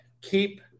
keep